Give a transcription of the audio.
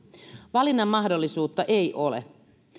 valinnan mahdollisuutta ei ole